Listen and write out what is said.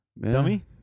dummy